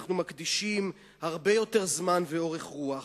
אנחנו מקדישים הרבה יותר זמן ואורך רוח.